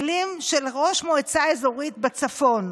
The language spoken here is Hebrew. אלה מילים של ראש מועצה אזורית בצפון.